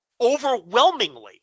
Overwhelmingly